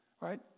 right